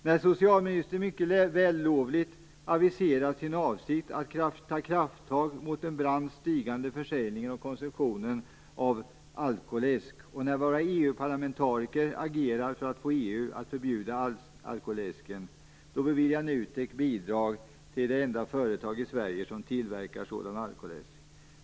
När socialministern mycket vällovligt aviserar sin avsikt att ta krafttag mot den brant stigande försäljningen och konsumtionen av alkoläsk, och när våra EU-parlamentariker agerar för att få EU att förbjuda alkoläsken, då beviljar NUTEK bidrag till det enda företag i Sverige som tillverkar sådan alkoläsk.